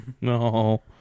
No